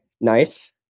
Nice